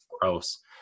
gross